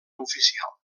oficial